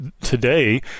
today